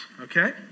okay